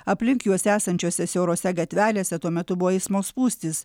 aplink juos esančiose siaurose gatvelėse tuo metu buvo eismo spūstys